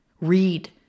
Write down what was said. Read